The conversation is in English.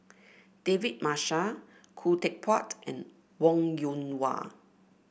David Marshall Khoo Teck Puat and Wong Yoon Wah